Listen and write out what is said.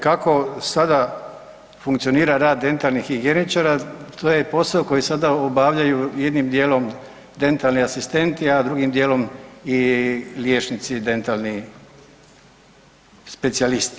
Kako sada funkcionira rad dentalnih higijeničara, to je posao koji sada obavljaju jednim dijelom dentalni asistenti, a drugim dijelom i liječnici dentalni specijalisti.